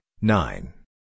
nine